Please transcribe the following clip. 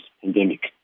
pandemic